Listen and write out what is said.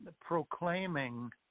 proclaiming